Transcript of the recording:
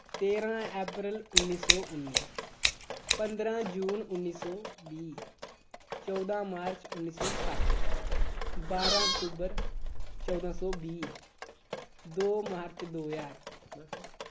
तेरां अप्रैल उन्नी सौ उन्नी पंदरां जून उन्नी सौ बीह् चौदां मार्च उन्नी सौ सट्ठ बारां अक्तूबर चौदां सौ बीह् दो मार्च दो ज्हार